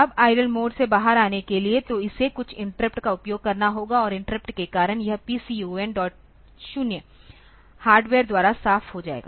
अब idle mode से बाहर आने के लिए तो इसे कुछ इंटरप्ट का उपयोग करना होगा और इंटरप्ट के कारण यह PCON0 हार्डवेयर द्वारा साफ़ हो जाएगा